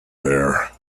there